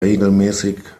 regelmäßig